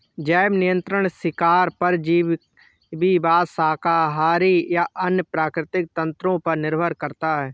जैव नियंत्रण शिकार परजीवीवाद शाकाहारी या अन्य प्राकृतिक तंत्रों पर निर्भर करता है